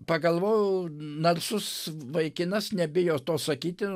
pagalvojau narsus vaikinas nebijo to sakyti